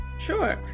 Sure